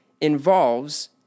involves